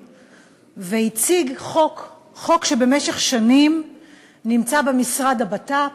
והציג חוק שבמשך שנים נמצא במשרד הבט"פ,